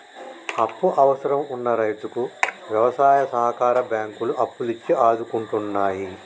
అప్పు అవసరం వున్న రైతుకు వ్యవసాయ సహకార బ్యాంకులు అప్పులు ఇచ్చి ఆదుకుంటున్నాయి